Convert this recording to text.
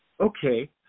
okay